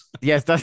Yes